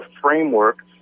framework